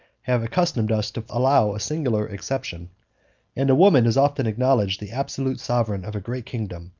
have accustomed us to allow a singular exception and a woman is often acknowledged the absolute sovereign of a great kingdom,